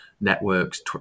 networks